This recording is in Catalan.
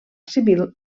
civil